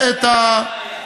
זה לא פותר את הבעיה.